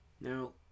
Now